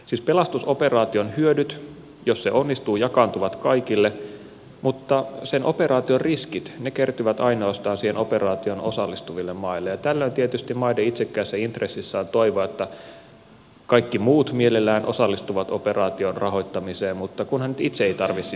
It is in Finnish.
siis pelastusoperaation hyödyt jos se onnistuu jakaantuvat kaikille mutta sen operaation riskit kertyvät ainoastaan siihen operaatioon osallistuville maille ja tällöin tietysti maiden itsekkäässä intressissä on toivoa että kaikki muut mielellään osallistuvat operaation rahoittamiseen mutta kunhan nyt itse ei tarvitse sitä tehdä